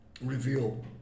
reveal